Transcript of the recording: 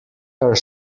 are